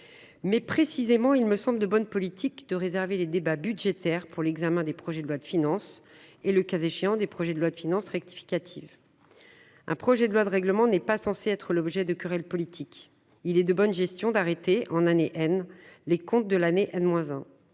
Justement, il me semble de bonne politique de réserver les débats budgétaires à l’examen des projets de loi de finances, et, le cas échéant, des projets de loi de finances rectificative. Un projet de loi de règlement n’est pas censé être l’objet de querelles politiques. Il est de bonne gestion d’arrêter, en année , les comptes de l’année 1.